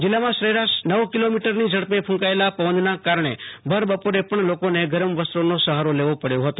જિલ્લામાં સરેરાશ નવ કિલો મીટરની ઝડપે ફ્રૂંકાયેલા પવનના કારણે ભરબપોરે પણ લોકોને ગરમ વસ્ત્રોનો સહારો લેવો પડ્યો હતો